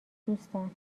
دوستان